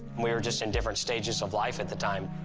we were just in different stages of life at the time.